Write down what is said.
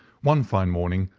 one fine morning,